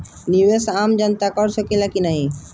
निवेस आम जनता कर सकेला की नाहीं?